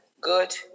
good